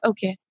Okay